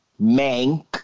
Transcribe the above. Mank